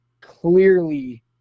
clearly